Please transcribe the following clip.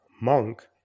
Monk